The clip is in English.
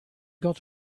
got